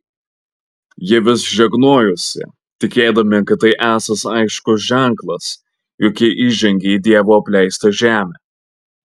jie vis žegnojosi tikėdami kad tai esąs aiškus ženklas jog jie įžengė į dievo apleistą žemę